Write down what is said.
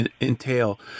entail